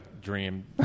dream